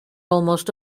almost